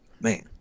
man